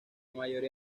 mayoría